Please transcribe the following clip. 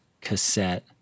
cassette